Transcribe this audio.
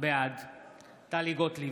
בעד טלי גוטליב,